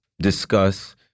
discuss